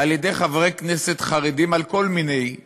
על-ידי חברי כנסת חרדים על כל מיני אנשים,